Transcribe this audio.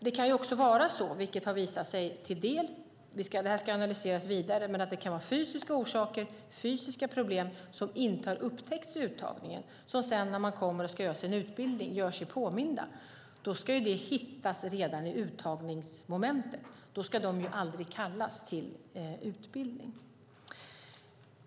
Det kan också finnas fysiska orsaker och fysiska problem som inte har upptäckts vid uttagningen men som gör sig påminda när man kommer och ska göra sin utbildning. Detta har visat sig till del, men det ska analyseras vidare. Det här ska hittas redan vid uttagningsmomentet, och då ska man aldrig kallas till utbildning.